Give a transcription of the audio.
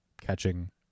catching